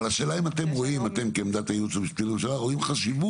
השאלה היא האם אתם רואים אתם כעמדת היועץ המשפטי לממשלה חשיבות